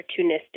opportunistic